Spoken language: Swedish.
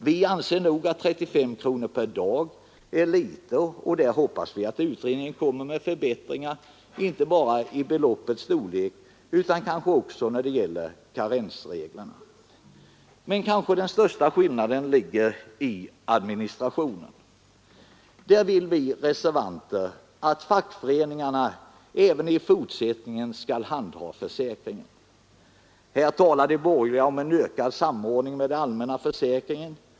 Vi anser nog att 35 kronor per dag är litet, och där hoppas vi att utredningen kommer med förbättringar inte bara i fråga om beloppets storlek utan kanske också när det gäller karensreglerna. Men kanske den största skillnaden ligger i administrationen. Där vill vi reservanter att fackföreningarna även i fortsättningen skall handha försäkringen. Här talar de borgerliga om en ökad samordning med den allmänna försäkringen.